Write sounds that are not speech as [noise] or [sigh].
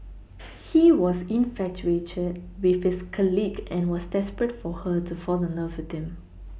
[noise] he was infatuated with his colleague and was desperate for her to fall in love with him